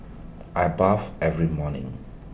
I bathe every morning